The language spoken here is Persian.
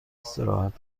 استراحت